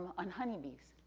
on honeybees.